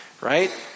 right